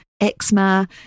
eczema